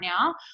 now